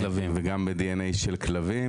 וגם בדנ"א של כלבים,